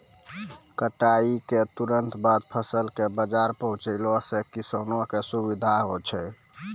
कटाई क तुरंत बाद फसल कॅ बाजार पहुंचैला सें किसान कॅ सुविधा होय छै